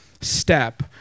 step